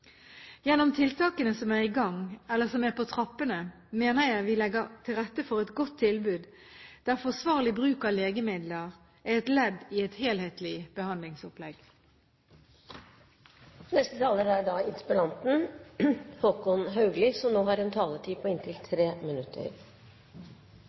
Gjennom tiltakene som er i gang, eller som er på trappene, mener jeg vi legger til rette for et godt tilbud der forsvarlig bruk av legemidler er et ledd i et helhetlig behandlingsopplegg. Jeg vil takke statsråden for svaret, og er spesielt glad for at regjeringen er så tydelig på